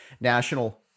National